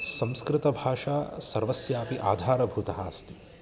संस्कृतभाषा सर्वस्यापि आधारभूता अस्ति